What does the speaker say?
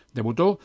Debutó